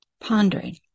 pondering